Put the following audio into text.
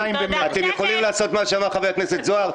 אתם יכולים לעשות מה שאמר חבר הכנסת זוהר,